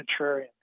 contrarian